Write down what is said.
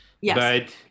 Yes